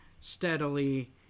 steadily